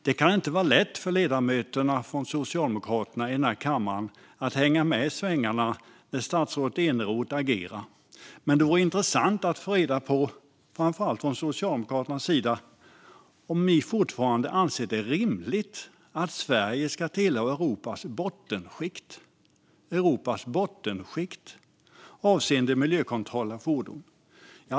Det kan inte vara lätt för Socialdemokraternas ledamöter i kammaren att hänga med i svängarna när statsrådet Eneroth agerar, men det vore intressant att få veta om Socialdemokraterna fortfarande anser det rimligt att Sverige ska tillhöra Europas bottenskikt avseende miljökontroll av fordon.